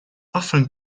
often